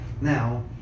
Now